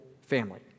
family